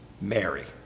Mary